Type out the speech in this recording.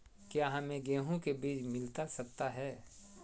क्या हमे गेंहू के बीज मिलता सकता है?